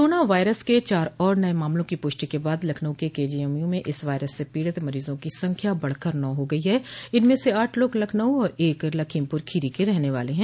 corona virus के चार और नये मामलों की पुष्टि के बाद लखनऊ के केजीएमयू में इस वायरस से पीड़ित मरीजों की संख्या बढ़कर नौ हो गई है इनमें से आठ लोग लखनऊ और एक लखीमपुर खीरी के रहने वाले है